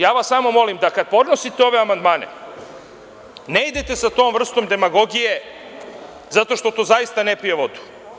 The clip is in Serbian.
Ja vas samo molim da kada podnosite ove amandmane ne idete sa tom vrstom demagogije zato što to ne pije vodu.